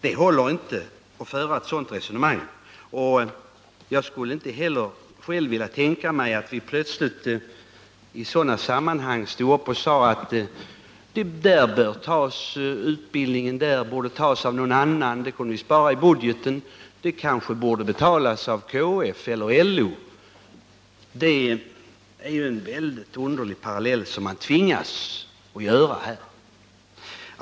Det håller inte att föra ett sådant resonemang, och jag skulle inte heller själv vilja tänka mig att vi plötsligt i sådana sammanhang sade att kostnaderna för den där utbildningen borde bäras av någon annan. Det kunde vi spara i budgeten — det kanske borde betalas av KF eller LO. Det är ju en väldigt underlig parallell som man tvingas dra här.